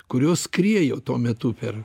kurios skriejo tuo metu per